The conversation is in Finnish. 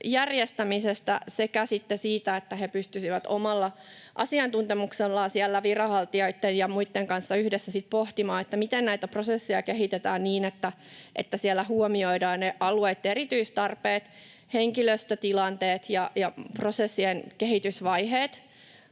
järjestämisestä sekä sitten siitä, että he pystyisivät omalla asiantuntemuksellaan siellä viranhaltijoitten ja muitten kanssa yhdessä pohtimaan, miten näitä prosesseja kehitetään niin, että siellä huomioidaan alueitten erityistarpeet, henkilöstötilanteet ja prosessien kehitysvaiheet.